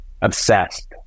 obsessed